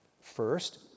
First